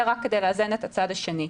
זה רק כדי לאזן את הצד השני.